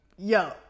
Yo